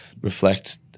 reflect